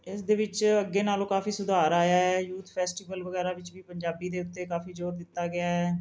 ਇਸ ਦੇ ਵਿੱਚ ਅੱਗੇ ਨਾਲੋਂ ਕਾਫੀ ਸੁਧਾਰ ਆਇਆ ਏ ਯੂਥ ਫੈਸਟੀਵਲ ਵਗੈਰਾ ਵਿੱਚ ਵੀ ਪੰਜਾਬੀ ਦੇ ਉੱਤੇ ਕਾਫੀ ਜ਼ੋਰ ਦਿੱਤਾ ਗਿਆ ਹੈ